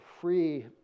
free